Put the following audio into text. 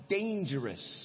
dangerous